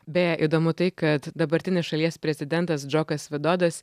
beje įdomu tai kad dabartinis šalies prezidentas džokas vidodas